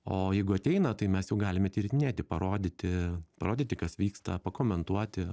o jeigu ateina tai mes jau galime tyrinėti parodyti parodyti kas vyksta pakomentuoti